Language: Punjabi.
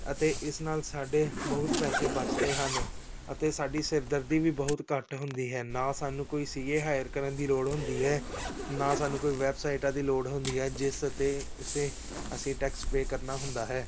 ਅਤੇ ਇਸ ਨਾਲ ਸਾਡੇ ਬਹੁਤ ਪੈਸੇ ਬਚਦੇ ਹਨ ਅਤੇ ਸਾਡੀ ਸਿਰਦਰਦੀ ਵੀ ਬਹੁਤ ਘੱਟ ਹੁੰਦੀ ਹੈ ਨਾ ਸਾਨੂੰ ਕੋਈ ਸੀ ਏ ਹਾਇਰ ਕਰਨ ਦੀ ਲੋੜ ਹੁੰਦੀ ਹੈ ਨਾ ਸਾਨੂੰ ਕੋਈ ਵੈਬਸਾਈਟਾਂ ਦੀ ਲੋੜ ਹੁੰਦੀ ਹੈ ਜਿਸ 'ਤੇ ਉਸੇ ਅਸੀਂ ਟੈਕਸ ਪੇ ਕਰਨਾ ਹੁੰਦਾ ਹੈ